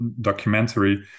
documentary